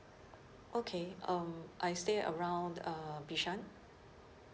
okay um I stay around uh bishan